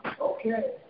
Okay